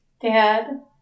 Dad